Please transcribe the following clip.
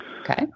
Okay